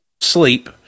sleep